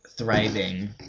thriving